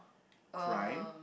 crime